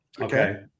Okay